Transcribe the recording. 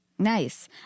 Nice